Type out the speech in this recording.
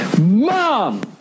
mom